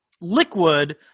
liquid